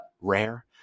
rare